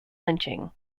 lynching